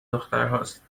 دخترهاست